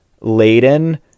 laden